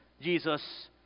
Jesus